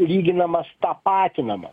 lyginamas tapatinamas